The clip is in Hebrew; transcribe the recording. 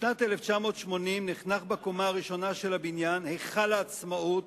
בשנת 1980 נחנך בקומה הראשונה של הבניין "היכל העצמאות",